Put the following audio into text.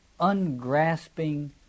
ungrasping